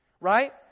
right